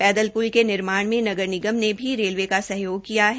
पैदल प्ल के निर्माण में नगर निगम ने भी रेलवे का सहयोग किया है